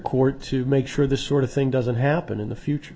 court to make sure this sort of thing doesn't happen in the future